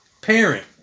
parent